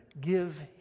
give